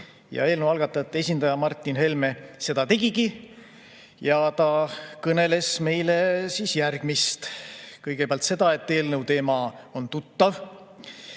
Eelnõu algatajate esindaja Martin Helme seda tegigi. Ta kõneles meile järgmist. Kõigepealt seda, et eelnõu teema on tuttav,